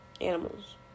animals